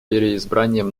переизбранием